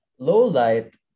lowlight